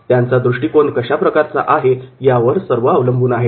त्यांचा दृष्टिकोन कशा प्रकारचा आहे यावर सर्व अवलंबून आहे